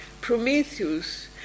Prometheus